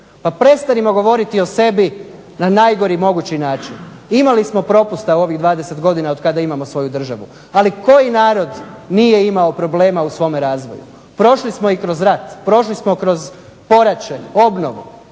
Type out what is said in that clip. Pa prestanimo govoriti o sebi na najgori mogući način. Imali smo propusta u ovih 20 godina od kada imamo svoju državu. Ali koji narod nije imao problema u svome razvoju. Prošli smo i kroz rat, prošli smo kroz poraće, obnovu,